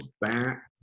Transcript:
back